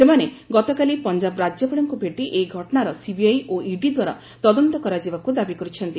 ସେମାନେ ଗତକାଲି ପଞ୍ଜାବ ରାଜ୍ୟପାଳଙ୍କୁ ଭେଟି ଏହି ଘଟଣାର ସିବିଆଇ ଓ ଇଡି ଦ୍ୱାରା ତଦନ୍ତ କରାଯିବାକୁ ଦାବି କରିଛନ୍ତି